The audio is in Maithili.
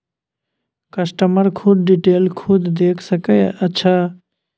कस्टमर खुद डिटेल खुद देख सके अच्छा